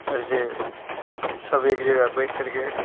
ऐसे सभी एक जगह बैठकर के